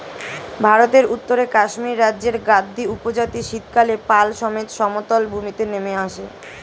ভারতের উত্তরে কাশ্মীর রাজ্যের গাদ্দী উপজাতি শীতকালে পাল সমেত সমতল ভূমিতে নেমে আসে